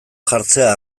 jartzea